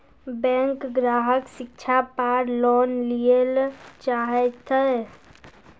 Bank ग्राहक शिक्षा पार लोन लियेल चाहे ते?